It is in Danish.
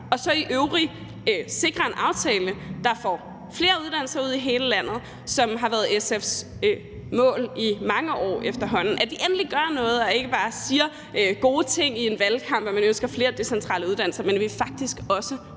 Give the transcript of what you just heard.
og så i øvrigt sikre en aftale, der får flere uddannelser ud i hele landet, som har været SF's mål i mange år efterhånden; at vi endelig gør noget og ikke bare siger gode ting i en valgkamp, altså at man ønsker flere decentrale uddannelser, men at vi faktisk også